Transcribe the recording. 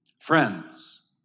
Friends